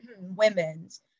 women's